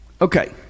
Okay